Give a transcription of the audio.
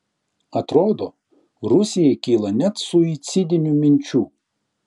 atrodo rusijai kyla net suicidinių minčių